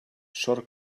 sort